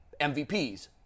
MVPs